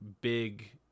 big